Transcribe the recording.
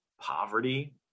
poverty